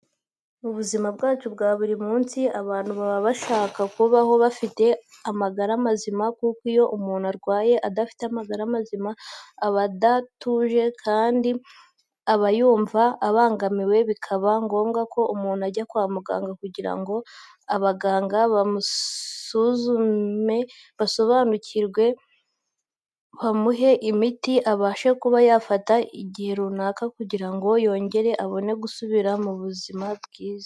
Mu buzima bwacu bwa buri munsi, abantu baba bashaka kubaho bafite amagara mazima kuko iyo umuntu arwaye adafite amagara mazima aba adatuje kandi abayumva abangamiwe bikaba ngombwa ko umuntu ajya kwa muganga kugira ngo abaganga babisobanukiwe bamusuzume bamuhe imiti abashe kuba yafata igihe runaka kugira ngo yongere abone gusubira mu buzima bwiza.